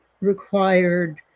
required